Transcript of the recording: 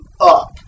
up